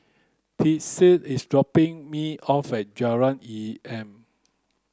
Lizeth is dropping me off at Jalan Enam